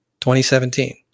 2017